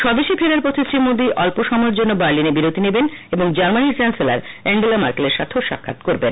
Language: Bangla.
স্বদেশ ফেরার পথে শ্রী মোদী অল্প সময়ের জন্য বার্লিন এ বিরতি নেবেন এবং জার্মানীর চ্যান্সেলার এঙ্গেলা মার্কেলের সাথেও সাক্ষাৎ করবেন